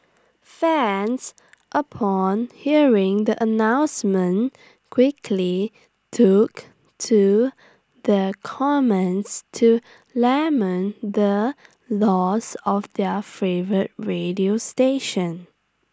fans upon hearing the announcement quickly took to the comments to lament the loss of their favourite radio station